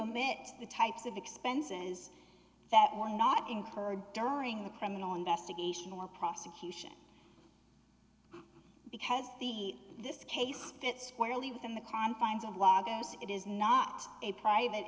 commit the types of expenses that were not incurred during the criminal investigation or prosecution because the this case that squarely within the confines of law goes it is not a private